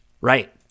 Right